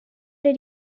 did